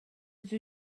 ydw